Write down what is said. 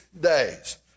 days